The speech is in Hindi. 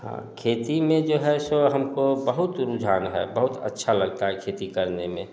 हाँ खेती में जो है सो हमको बहुत रूझान है बहुत अच्छा लगता है खेती करने में